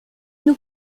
nous